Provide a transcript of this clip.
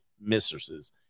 mistresses